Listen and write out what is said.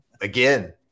again